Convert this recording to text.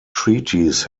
treaties